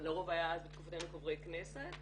לרוב היה אז בתקופתנו חברי כנסת,